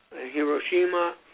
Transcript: Hiroshima